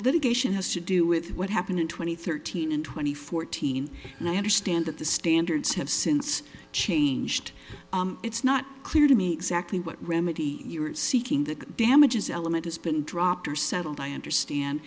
litigation has to do with what happened in two thousand and thirteen and twenty fourteen and i understand that the standards have since changed it's not clear to me exactly what remedy you are seeking the damages element has been dropped or settled i understand